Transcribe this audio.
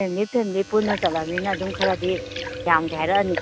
family family ꯄꯨꯟꯅ ꯆꯠꯂꯕꯅꯤꯅ ꯑꯗꯨꯝ ꯈꯔꯗꯤ ꯌꯥꯝꯒꯦ ꯍꯥꯏꯔꯛꯑꯅꯤ